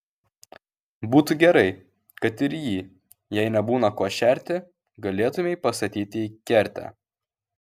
būtų gerai kad ir jį jei nebūna kuo šerti galėtumei pastatyti į kertę